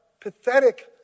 pathetic